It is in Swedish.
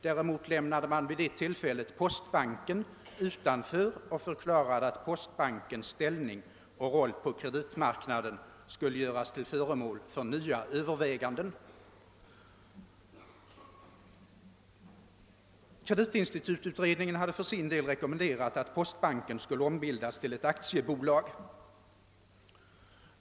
Däremot lämnade man vid det tillfället postbanken utanför och förklarade att postbankens ställning och roll på kreditmarknaden skulle göras till föremål för nya överväganden. Kreditinstitututredningen hade för sin del rekommenderat att postbanken skulle ombildas till ett aktiebolag.